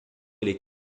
les